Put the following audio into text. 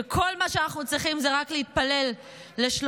כשכל מה שאנחנו צריכים זה רק להתפלל לשלומם